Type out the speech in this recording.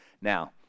Now